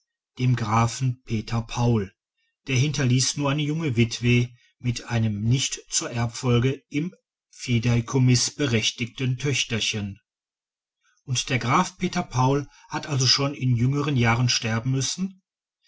dem grafen peter paul der hinterließ nur eine junge witwe mit einem nicht zur erbfolge im fideikommiß berechtigten töchterchen und der graf peter paul hat also schon in jüngeren jahren sterben müssen